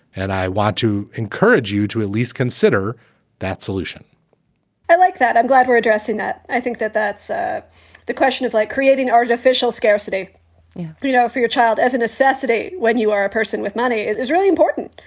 and i want to encourage you to at least consider that solution i like that. i'm glad we're addressing that. i think that that's ah the question of like creating artificial scarcity you know for your child as a necessity when you are a person with money. it is is really important,